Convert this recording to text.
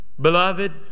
Beloved